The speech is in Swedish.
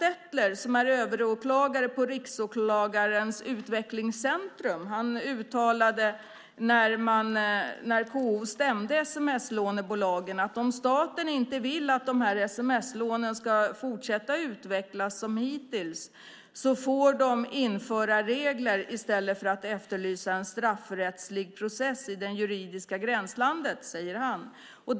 Gunnar Stetler, överåklagare på riksåklagarens utvecklingscentrum, uttalade när KO stämde sms-lånebolagen att om staten inte vill att sms-lånen ska fortsätta att utvecklas som hittills får man införa regler i stället för att efterlysa en straffrättslig process i det juridiska gränslandet.